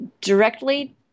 directly